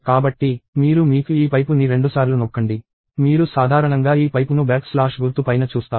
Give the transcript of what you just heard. కాబట్టి మీరు మీకు ఈ పైపు ని రెండుసార్లు నొక్కండి మీరు సాధారణంగా ఈ పైపును బ్యాక్ స్లాష్ గుర్తు పైన చూస్తారు